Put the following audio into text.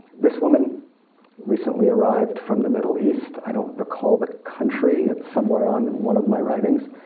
this woman recently arrived from the middle east i don't recall the country, it's somewhere on one of my writings